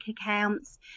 accounts